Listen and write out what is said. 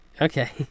okay